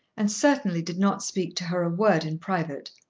and certainly did not speak to her a word in private.